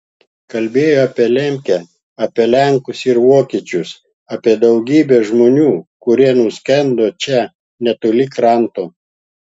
kalbėjo apie lemkę apie lenkus ir vokiečius apie daugybę žmonių kurie nuskendo čia netoli kranto